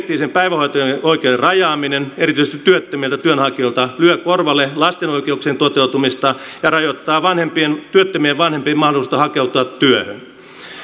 subjektiivisen päivähoito oikeuden rajaaminen erityisesti työttömiltä työnhakijoilta lyö korvalle lasten oikeuksien toteutumista ja rajoittaa työttömien vanhempien mahdollisuutta hakeutua työhön